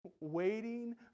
Waiting